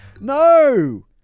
No